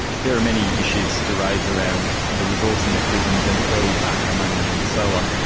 there are many issues to raise around the resourcing of prisons and where we park our money and so on.